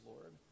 Lord